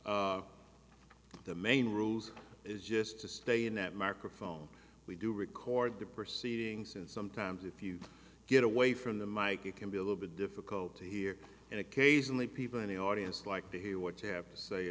week the main rules is just to stay in that mark of phone we do record the proceedings and sometimes if you get away from the mike it can be a little bit difficult to hear and occasionally people in the audience like to hear what you have to say